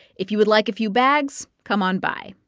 if you would like a few bags, come on by.